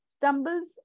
stumbles